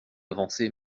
avancée